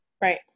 right